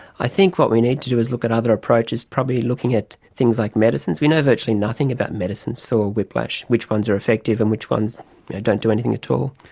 i think what we need to do is look at other approaches, probably looking at things like medicines. we know virtually nothing about medicines for whiplash, which ones are effective and which ones don't do anything at all.